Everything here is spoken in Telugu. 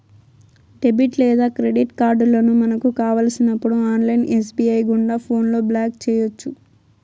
డెబిట్ లేదా క్రెడిట్ కార్డులను మనకు కావలసినప్పుడు ఆన్లైన్ ఎస్.బి.ఐ గుండా ఫోన్లో బ్లాక్ చేయొచ్చు